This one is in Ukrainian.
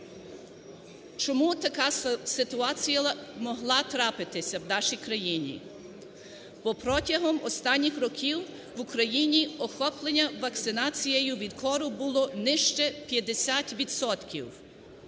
Чому така ситуація могла трапитися в нашій країні? Бо протягом останніх років в Україні охоплення вакцинацією від кору було нижче 50